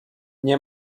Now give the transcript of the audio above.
nie